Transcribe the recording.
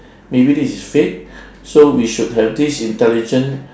maybe this is fake so we should have this intelligent